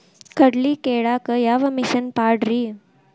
ಕಡ್ಲಿ ಕೇಳಾಕ ಯಾವ ಮಿಷನ್ ಪಾಡ್ರಿ?